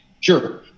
Sure